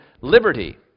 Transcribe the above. liberty